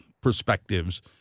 perspectives